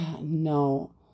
no